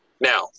Now